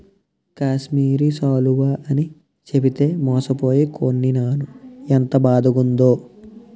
కాశ్మీరి శాలువ అని చెప్పితే మోసపోయి కొనీనాను ఎంత బాదగుందో